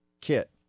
kit